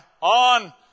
on